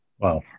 Wow